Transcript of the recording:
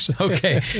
Okay